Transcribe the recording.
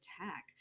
attack